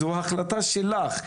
זו החלטה שלך.